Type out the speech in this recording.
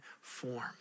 form